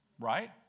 Right